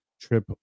trip